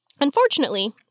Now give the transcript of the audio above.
unfortunately